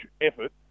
effort